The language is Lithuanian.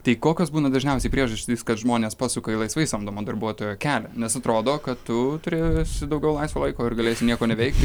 tai kokios būna dažniausiai priežastys kad žmonės pasuka į laisvai samdomo darbuotojo kelią nes atrodo kad tu turėsi daugiau laisvo laiko ir galėsi nieko neveikti